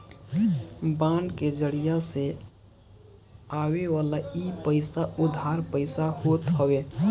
bond के जरिया से आवेवाला इ पईसा उधार पईसा होत हवे